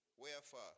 Wherefore